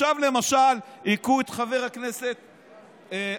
עכשיו למשל הכו את חבר הכנסת כסיף,